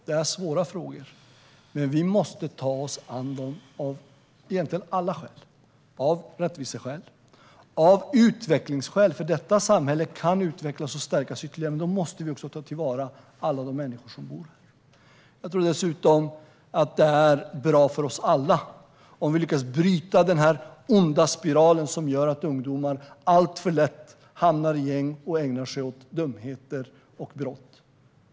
Det är svåra frågor, men vi måste ta oss an dem av alla skäl: av rättviseskäl, av utvecklingsskäl - för detta samhälle kan utvecklas och stärkas ytterligare, men då måste vi också ta till vara alla de människor som bor här. Jag tror dessutom att det är bra för oss alla om vi lyckas bryta denna onda spiral som gör att ungdomar alltför lätt hamnar i gäng och ägnar sig åt dumheter och brott.